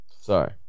Sorry